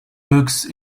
books